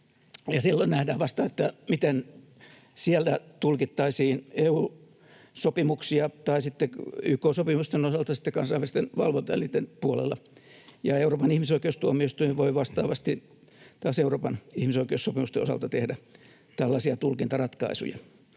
Silloin nähdään vasta, miten siellä tulkittaisiin EU-sopimuksia, tai sitten YK-sopimusten osalta kansainvälisten valvontaelinten puolella, ja Euroopan ihmisoikeustuomioistuin voi vastaavasti taas Euroopan ihmisoikeussopimusten osalta tehdä tällaisia tulkintaratkaisuja.